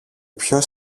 ποιος